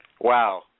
Wow